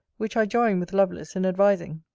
which i join with lovelace in advising.